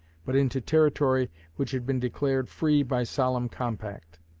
but into territory which had been declared free by solemn compact.